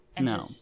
no